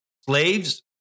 Slaves